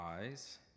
eyes